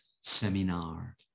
seminar